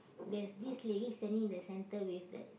there's this lady standing in the centre with that